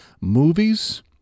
movies